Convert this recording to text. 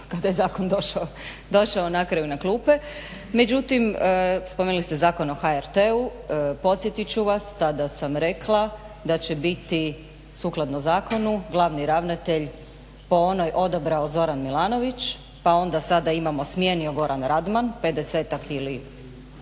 kada je zakon došao na kraju na klupe. Međutim, spomenuli ste Zakon o HRT-u podsjetit ću vas tada sam rekla da će biti sukladno zakonu glavni ravnatelj po onoj odabrao Zoran Milanović pa onda sada imao smijenio Goran Radman, 50-ak ili